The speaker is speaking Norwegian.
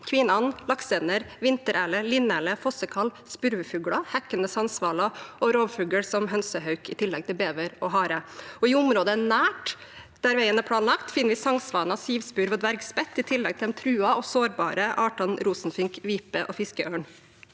kvinand, laksand, vintererle, linerle, fossekall, spurvefugler, hekkende sangsvale og rovfugler som hønsehauk i tillegg til bever og hare. Og i området nær der veien er planlagt, finner vi sangsvane, sivspurv og dvergspett i tillegg til de truede og sårbare artene rosenfink, vipe og fiskeørn.